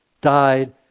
died